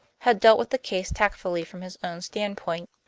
had dealt with the case tactfully from his own standpoint.